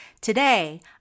Today